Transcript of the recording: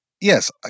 Yes